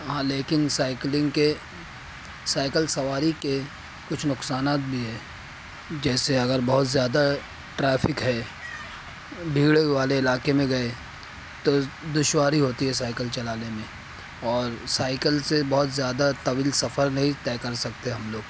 ہاں لیکن سائیکلنگ کے سائیکل سواری کے کچھ نقصانات بھی ہیں جیسے اگر بہت زیادہ ٹریفک ہے بھیڑ والے علاقہ میں گیے تو دشواری ہوتی ہے سائیکل چلانے میں اور سائیکل سے بہت زیادہ طویل سفر نہیں طے کر سکتے ہم لوگ